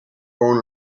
born